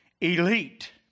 elite